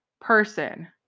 person